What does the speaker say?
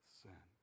sin